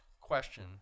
question